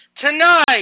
Tonight